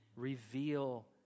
Reveal